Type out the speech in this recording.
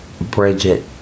Bridget